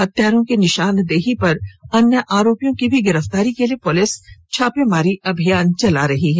हत्यारों की निशानदेही पर अन्य आरोपियों की गिरफ्तारी के लिए पुलिस छापामारी अभियान चला रही है